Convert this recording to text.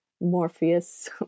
Morpheus